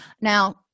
Now